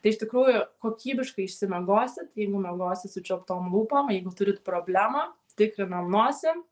tai iš tikrųjų kokybiškai išsimiegosit jeigu miegosit sučiauptom lūpom jeigu turit problemą tikrinam nosį